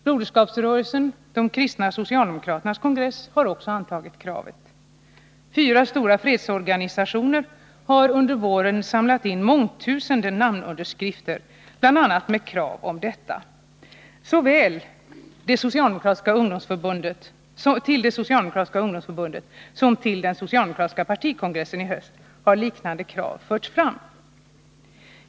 Broderskapsrörelsens — de kristna socialdemokraterna — kongress har också antagit kravet. Fyra fredsorganisationer har under våren samlat in mångtusende namnunderskrifter med krav på bl.a. detta. Såväl till det socialdemokratiska ungdomsförbundet som till den socialdemokratiska partikongressen i höst har liknande krav förts fram.